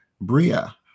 bria